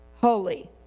Holy